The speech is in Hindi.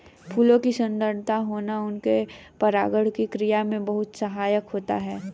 फूलों का सुंदर होना उनके परागण की क्रिया में बहुत सहायक होता है